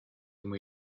muy